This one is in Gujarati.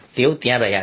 તેઓ ત્યાં રહ્યા છે